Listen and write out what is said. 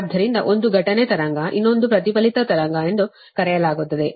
ಆದ್ದರಿಂದ ಒಂದು ಘಟನೆ ತರಂಗ ಇನ್ನೊಂದನ್ನು ಪ್ರತಿಫಲಿತ ತರಂಗ ಎಂದು ಕರೆಯಲಾಗುತ್ತದೆ